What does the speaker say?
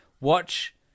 watch